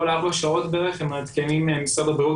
כל ארבע שעות בערך הם מעדכנים במשרד הבריאות